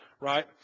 right